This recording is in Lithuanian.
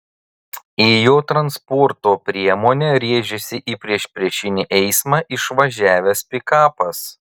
į jo transporto priemonę rėžėsi į priešpriešinį eismą išvažiavęs pikapas